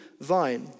vine